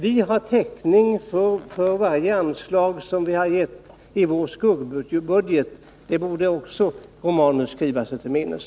Vi har täckning för varje anslag som vi har tagit upp i vår skuggbudget; det borde Gabriel Romanus också skriva sig till minnes.